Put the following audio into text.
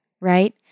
right